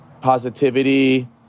positivity